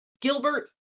Gilbert